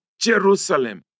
Jerusalem